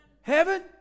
Heaven